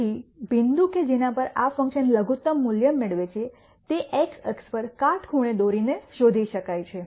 તેથી બિંદુ કે જેના પર આ ફંકશન લઘુત્તમ મૂલ્ય મેળવે છે તે x અક્ષ પર કાટખૂણ દોરી ને શોધી શકાય છે